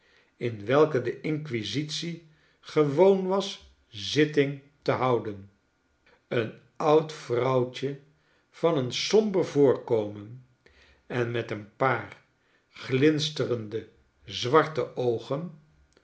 in welke de inquisitie gewoon was zitting te houden een oud vrouwtje van een somber voorkomen en met eenpaar glinsterende zwarte oogen